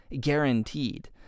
guaranteed